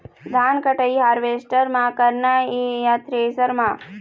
धान कटाई हारवेस्टर म करना ये या थ्रेसर म?